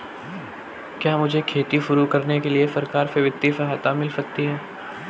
क्या मुझे खेती शुरू करने के लिए सरकार से वित्तीय सहायता मिल सकती है?